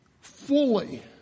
fully